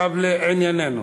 לענייננו.